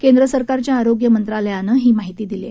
केंद्रसरकारच्या आरोग्य मंत्रालयानं ही माहिती दिली आहे